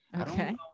Okay